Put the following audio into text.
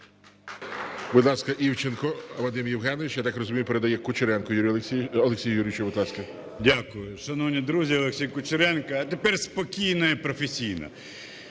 Дякую. Шановні друзі! Олексій Кучеренко. А тепер спокійно і професійно.